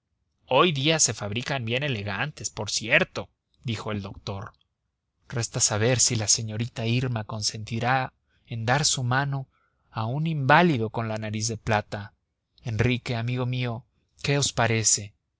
hoy día se fabrican bien elegantes por cierto dijo el doctor resta saber si la señorita irma consentiría en dar su mano a un inválido con la nariz de plata enrique amigo mío qué os parece